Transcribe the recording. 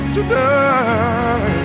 today